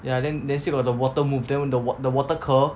ya then then still got the water move then the wat~ the water curl